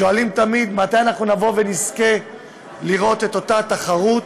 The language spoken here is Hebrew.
שואלים תמיד מתי נזכה לראות את אותה תחרות,